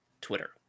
twitter